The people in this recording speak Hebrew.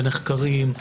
בנחקרים,